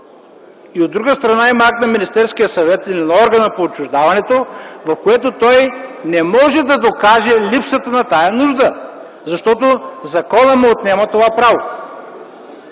от друга страна, има акт на Министерския съвет, или на органа по отчуждаването, в който той не може да докаже липсата на тази нужда. Защото законът му отнема това право.